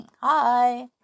Hi